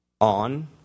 on